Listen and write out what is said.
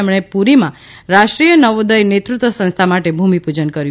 તેમણે પુરીમાં રાષ્ટ્રીય નવોદય નેતૃત્વ સંસ્થા માટે ભૂમિપૂજન કર્યું